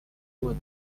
wood